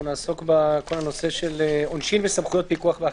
הבא נעסוק בכל הנושא של עונשין וסמכויות פיקוח ואכיפה.